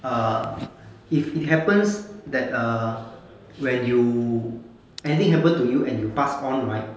uh if it happens that err when you anything happen to you and you pass on right